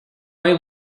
hay